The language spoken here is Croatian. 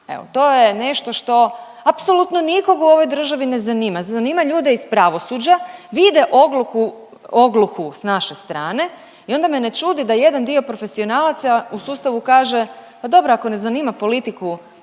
Evo, to je nešto što apsolutno nikog u ovoj državi ne zanima, zanima ljude iz pravosuđa, vide ogluhu, ogluhu s naše stane i onda me ne čudi da jedan dio profesionalaca u sustavu kaže, pa dobro ako ne zanima politiku